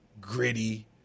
gritty